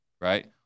Right